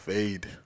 Fade